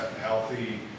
healthy